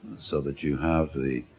so that you have the,